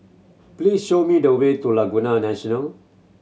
please show me the way to Laguna National